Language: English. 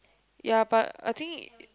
ya but I think